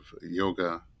yoga